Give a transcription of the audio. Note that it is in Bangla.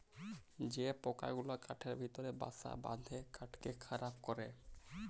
যে পকা গুলা কাঠের ভিতরে বাসা বাঁধে কাঠকে খারাপ ক্যরে